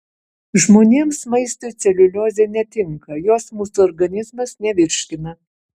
žmonėms maistui celiuliozė netinka jos mūsų organizmas nevirškina